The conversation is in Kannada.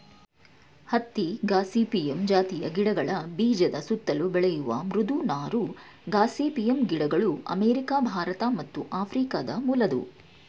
ಹತ್ತಿ ಗಾಸಿಪಿಯಮ್ ಜಾತಿಯ ಗಿಡಗಳ ಬೀಜದ ಸುತ್ತಲು ಬೆಳೆಯುವ ಮೃದು ನಾರು ಗಾಸಿಪಿಯಮ್ ಗಿಡಗಳು ಅಮೇರಿಕ ಭಾರತ ಮತ್ತು ಆಫ್ರಿಕ ಮೂಲದವು